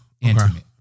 intimate